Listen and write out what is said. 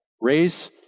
raise